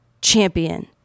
champion